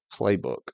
playbook